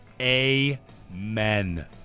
amen